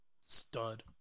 stud